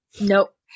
Nope